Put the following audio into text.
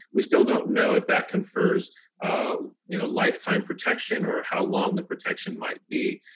we still don't know if that confers a you know lifetime protection or how long the protection might be,